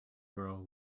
girl